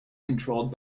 controlled